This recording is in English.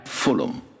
Fulham